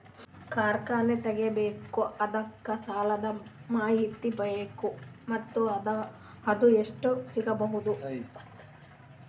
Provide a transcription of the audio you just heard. ಕಾರ್ಖಾನೆ ತಗಿಬೇಕು ಅದಕ್ಕ ಸಾಲಾದ ಮಾಹಿತಿ ಬೇಕು ಮತ್ತ ಅದು ಎಷ್ಟು ಸಿಗಬಹುದು?